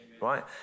right